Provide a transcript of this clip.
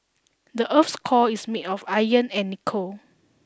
the earth's core is made of iron and nickel